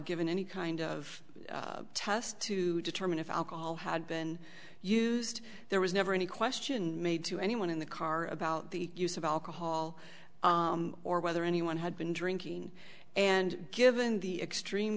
given any kind of test to determine if alcohol had been used there was never any question made to anyone in the car about the use of alcohol or whether anyone had been drinking and given the extreme